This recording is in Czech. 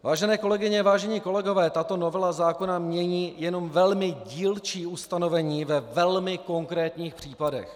Vážené kolegyně, vážení kolegové, tato novela zákona mění jenom velmi dílčí ustanovení ve velmi konkrétních případech.